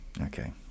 Okay